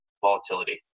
volatility